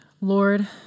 Lord